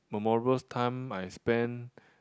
memorable time I spent